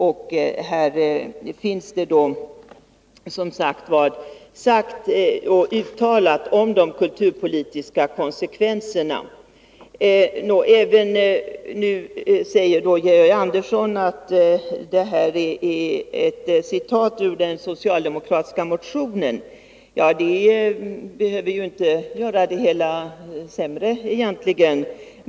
I betänkandet har som sagts gjorts ett uttalande om de kulturpolitiska konsekvenserna. Georg Andersson säger visserligen att det jag i det här sammanhanget citerade var ett referat av den socialdemokratiska motionen. Det behöver ju egentligen inte göra det hela sämre.